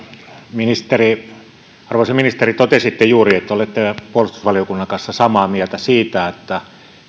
arvoisa ministeri totesitte juuri että olette puolustusvaliokunnan kanssa samaa mieltä siitä että